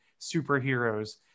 superheroes